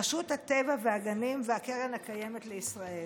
רשות הטבע והגנים והקרן הקיימת לישראל.